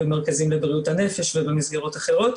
במרכזים לבריאות הנפש ובמסגרות אחרות.